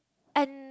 and